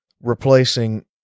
replacing